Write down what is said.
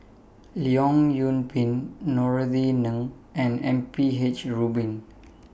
Leong Yoon Pin Norothy Ng and M P H Rubin